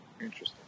Interesting